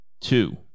Two